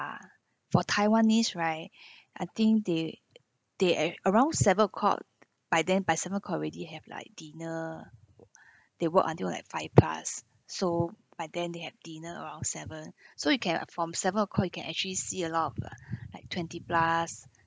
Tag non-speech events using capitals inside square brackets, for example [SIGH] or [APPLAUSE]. for taiwanese right [BREATH] I think they they at around seven o'clock by then by seven o'clock already have like dinner [BREATH] they work until like five plus so by then they have dinner around seven [BREATH] so you can uh from seven o'clock you can actually see a lot of uh like twenty plus